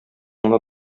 гына